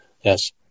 Yes